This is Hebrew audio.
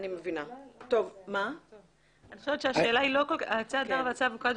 עצי הדר ועצי אבוקדו